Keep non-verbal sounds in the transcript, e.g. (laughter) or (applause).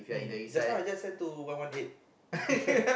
just now I just send to one one eight (laughs)